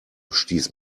stieß